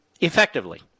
Effectively